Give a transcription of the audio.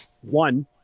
one